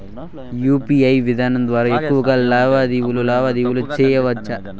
UPI విధానం ద్వారా ఎక్కువగా లావాదేవీలు లావాదేవీలు సేయొచ్చా?